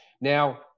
Now